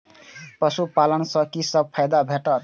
पशु पालन सँ कि सब फायदा भेटत?